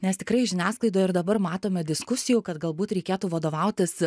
nes tikrai žiniasklaidoj ir dabar matome diskusijų kad galbūt reikėtų vadovautis